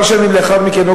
כמה שנים לאחר מכן,